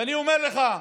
ואני אומר לך,